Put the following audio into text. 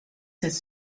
his